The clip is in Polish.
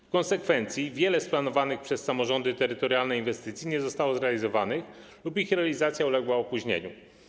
W konsekwencji wiele z planowanych przez samorządy terytorialne inwestycji nie zostało zrealizowanych lub ich realizacja uległa opóźnieniu.